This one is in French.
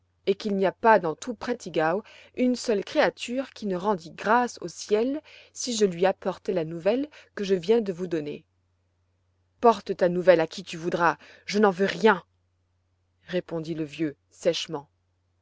et il n'y a pas dans tout prâttigau une seule créature qui ne rendit grâce au ciel si je lui apportais la nouvelle que je viens de vous donner porte ta nouvelle à qui tu voudras je n'en veux rien répondit le vieux sèchement